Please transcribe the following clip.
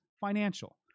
financial